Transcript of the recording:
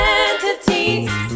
entities